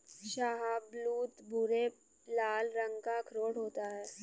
शाहबलूत भूरे लाल रंग का अखरोट होता है